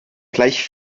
gleich